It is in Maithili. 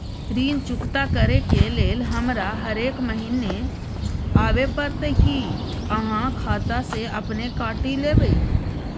ऋण चुकता करै के लेल हमरा हरेक महीने आबै परतै कि आहाँ खाता स अपने काटि लेबै?